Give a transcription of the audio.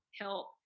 help